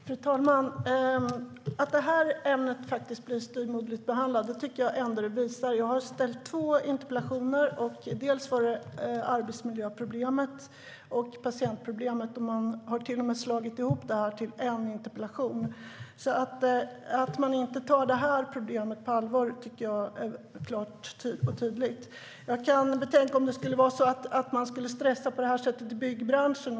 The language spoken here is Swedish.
Fru talman! Att detta ämne blir styvmoderligt behandlat tycker jag visas. Jag har ställt två interpellationer om arbetsmiljöproblemet och patientproblemet, och man har till och med slagit ihop dem till en enda interpellationsdebatt. Att man inte tar problemet på allvar tycker jag är tydligt. Tänk om man skulle stressa på det här sättet i byggbranschen.